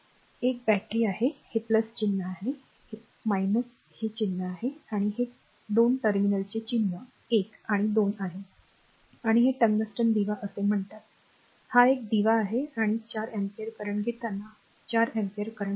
एक बॅटरी आहे हे चिन्ह आहे हे चिन्ह आहे आणि हे 2 टर्मिनलचे चिन्ह 1 आणि 2 आहे आणि हे टंगस्टन दिवा असे म्हणतात हा एक दिवा आहे आणि 4 अँपिअर करंट घेताना 4 अँपिअर करंट वाहतो